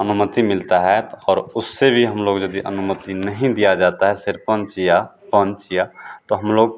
अनुमति मिलती है त और उससे भी हम लोग यदी अनुमति नहीं दिया जाता है सरपंच या पंच या तो हम लोग